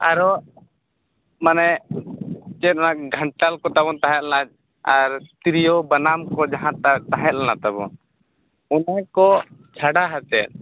ᱟᱨᱚ ᱢᱟᱱᱮ ᱪᱮᱫ ᱚᱱᱟ ᱜᱷᱟᱱᱴᱟᱞ ᱠᱚ ᱛᱟᱵᱚᱱ ᱛᱟᱦᱮᱸ ᱞᱮᱱᱟ ᱟᱨ ᱛᱤᱨᱭᱳ ᱵᱟᱱᱟᱢ ᱠᱚ ᱡᱟᱦᱟᱸ ᱛᱟ ᱛᱟᱦᱮᱸ ᱞᱮᱱᱟ ᱛᱟᱵᱚ ᱚᱱᱟᱠᱚ ᱪᱷᱟᱰᱟ ᱟᱛᱮᱫ